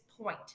point